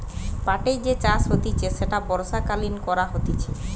পাটের যে চাষ হতিছে সেটা বর্ষাকালীন করা হতিছে